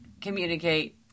communicate